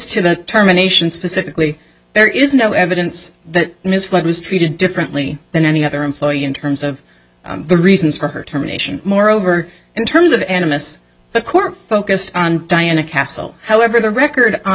to the terminations specifically there is no evidence that ms flight was treated differently than any other employee in terms of the reasons for her terminations moreover in terms of animists the court focused on diana castle however the record on